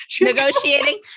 negotiating